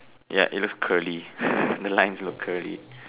ya it looks curly the lines look curly